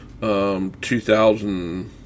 2000